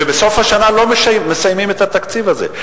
ובסוף השנה לא מסיימים את התקציב הזה.